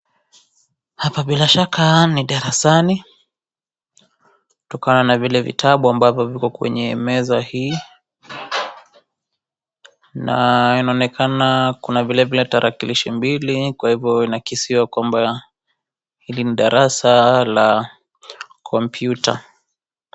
Hapa bila shaka ni darasani kutokana na vile vitabu ambavyo viko kwenye meza hii na inaonekana kuna vilevile tarakilishi mbili kwa hivyo inaakisiwa kwamba hili ni darasa la kompyuta.